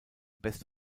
best